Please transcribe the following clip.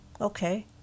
Okay